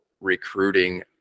recruiting